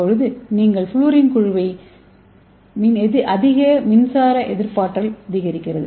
எனவே நீங்கள் ஃவுளூரின் குழுவைச் சேர்க்கும்போது அது மின்சார எதிர்ப்பாற்றல் அதிகரிக்கிறது